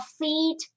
feet